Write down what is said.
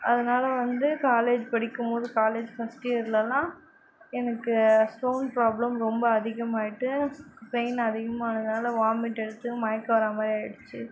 அதனால் வந்து காலேஜ் படிக்கும்போது காலேஜ் ஃபர்ஸ்ட் இயர்லாம் எனக்கு ஸ்டோன் ப்ராப்ளம் ரொம்ப அதிகமாகிட்டு பெயின் அதிகமானதினால வாமிட் எடுத்து மயக்கம் வர மாதிரியாயிடுச்சி